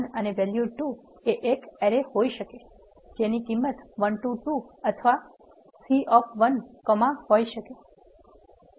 તેથી આ val1 અને val2 એ એક એરે હોઈ શકે છે જેની કિમત one to 2 અથવા c of one comma વગેરે